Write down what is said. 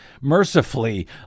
Mercifully